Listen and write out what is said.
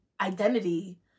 identity